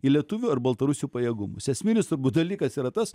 į lietuvių ar baltarusių pajėgumus esminis turbūt dalykas yra tas